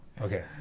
Okay